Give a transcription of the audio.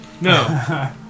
No